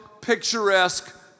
picturesque